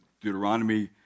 Deuteronomy